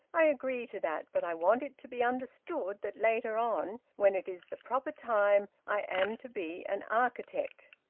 i agree to that, but i want it to be understood that later on, when it is the proper time, i am to be an architect.